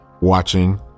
watching